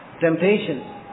temptation